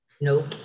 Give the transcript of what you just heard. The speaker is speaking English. Nope